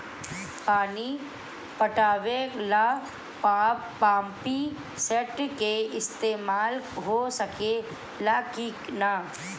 पानी पटावे ल पामपी सेट के ईसतमाल हो सकेला कि ना?